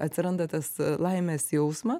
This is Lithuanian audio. atsiranda tas laimės jausmas